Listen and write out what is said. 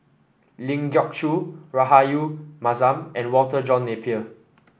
Ling Geok Choon Rahayu Mahzam and Walter John Napier